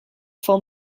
full